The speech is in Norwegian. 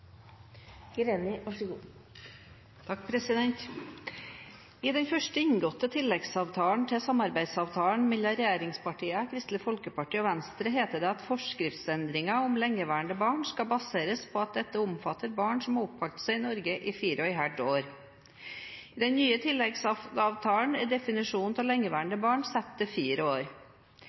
Kristelig Folkeparti og Venstre heter det at forskriftsendringen om lengeværende barn skal baseres på at dette omfatter barn som har oppholdt seg i Norge i fire og et halvt år. I den nye tilleggsavtalen er definisjonen av «lengeværende barn» satt til fire år.